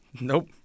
Nope